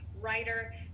writer